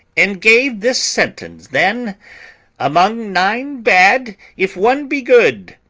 and gave this sentence then among nine bad if one be good,